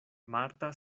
marta